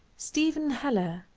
stephen heller,